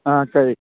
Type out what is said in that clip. ꯑꯥ ꯀꯔꯤ